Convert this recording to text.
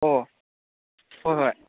ꯑꯣ ꯍꯣꯏ ꯍꯣꯏ